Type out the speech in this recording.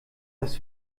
das